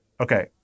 Okay